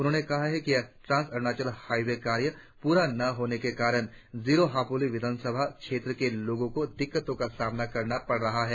उन्होंने कहा कि ट्रांस अरुणाचल हाईवे कार्य पूरा न होने के कारण जीरो हापोली विधानसभा क्षेत्र के लोगों को दिक्कतों का सामना करना पड़ रहा है